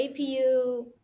APU